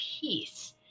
peace